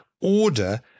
order